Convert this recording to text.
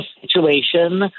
situation